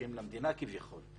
שייכים למדינה כביכול,